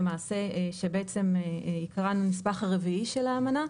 שבעצם עיקרן הוא הנספח הרביעי של האמנה,